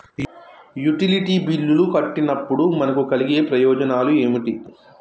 Utility బిల్లులు కట్టినప్పుడు మనకు కలిగే ప్రయోజనాలు ఏమిటి?